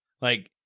Like-